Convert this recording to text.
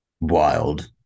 wild